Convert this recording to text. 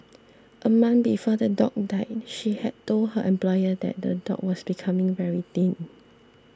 a month before the dog died she had told her employer that the dog was becoming very thin